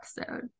episode